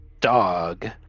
dog